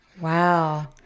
Wow